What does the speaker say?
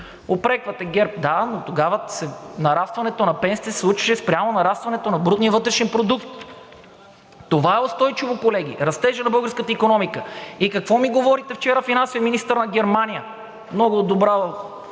Упреквате ГЕРБ – да, но тогава нарастването на пенсиите се случваше спрямо нарастването на брутния вътрешен продукт. Това е устойчиво, колеги, растежът на българската икономика. И какво ми говорите – вчера финансовият министър на Германия много добра...